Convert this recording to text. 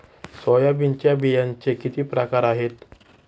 सोयाबीनच्या बियांचे किती प्रकार आहेत?